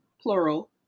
plural